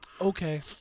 Okay